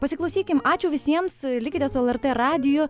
pasiklausykim ačiū visiems likite su lrt radiju